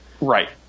Right